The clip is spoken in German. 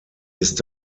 ist